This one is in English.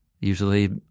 usually